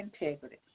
integrity